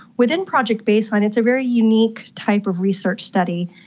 within project baseline it's a very unique type of research study,